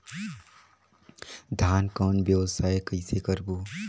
धान कौन व्यवसाय कइसे करबो?